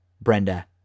Brenda